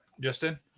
justin